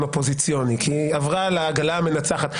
אופוזיציוני כי היא עברה לעגלה המנצחת,